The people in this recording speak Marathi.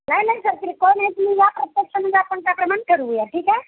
नाही नाही सर ते कोण आहे तुम्ही या प्रत्यक्ष म्हणजे आपण त्याप्रमाणं ठरवू या ठीक आहे